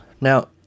Now